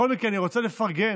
בכל מקרה, אני רוצה לפרגן